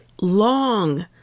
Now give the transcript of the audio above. long